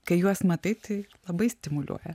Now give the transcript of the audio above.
kai juos matai tai labai stimuliuoja